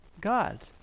God